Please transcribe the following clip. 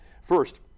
First